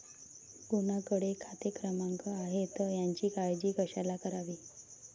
कोणाकडे खाते क्रमांक आहेत याची काळजी कशाला करावी